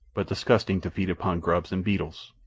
but disgusting to feed upon grubs and beetles,